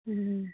ହୁଁ